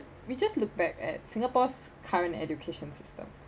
we just look back at singapore's current education system